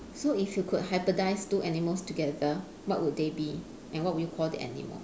so if you could hybridise two animals together what would they be and what would you call the animal